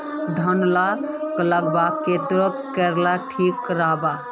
धानेर लगवार केते की करले ठीक राब?